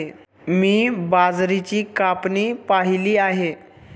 मी बाजरीची कापणी पाहिली आहे